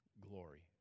Glory